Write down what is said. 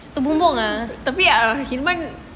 tapi himan